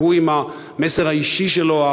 והוא, עם המסר האישי שלו,